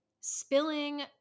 spilling